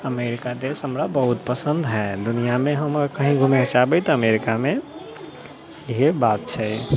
America देश हमरा बहुत पसन्द है दुनिया मे हमर कही घूमय चाहबै तऽ अमेरिका मे इहे बात छै